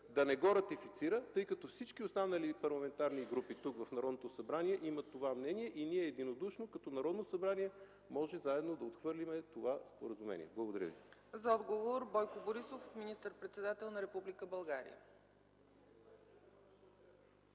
да не го ратифицира, тъй като всички останали парламентарни групи тук, в Народното събрание, имат това мнение и ние единодушно като Народно събрание можем заедно да отхвърлим това споразумение? Благодаря. ПРЕДСЕДАТЕЛ ЦЕЦКА ЦАЧЕВА: За отговор – Бойко Борисов, министър-председател на Република България.